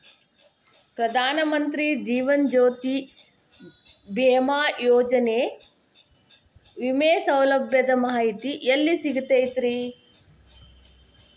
ಪ್ರಧಾನ ಮಂತ್ರಿ ಜೇವನ ಜ್ಯೋತಿ ಭೇಮಾಯೋಜನೆ ವಿಮೆ ಸೌಲಭ್ಯದ ಮಾಹಿತಿ ಎಲ್ಲಿ ಸಿಗತೈತ್ರಿ?